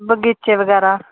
ਬਗੀਚੇ ਵਗੈਰਾ